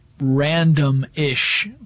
random-ish